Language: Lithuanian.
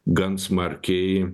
gan smarkiai